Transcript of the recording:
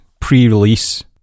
pre-release